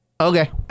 Okay